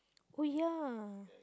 oh ya